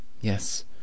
Yes